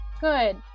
Good